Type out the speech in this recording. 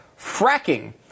fracking